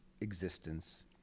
existence